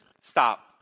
Stop